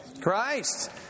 Christ